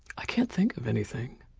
i can't think of anything.